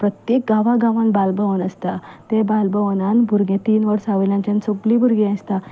प्रत्येक गांवां गांवांत बालभवन आसता ते बाल भवनांत भुरगीं तीन वर्सां वयल्याच्यान सगळीं भुरगीं आसता